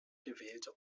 gewählte